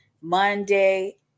Monday